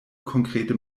konkrete